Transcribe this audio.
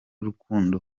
rukundo